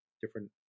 different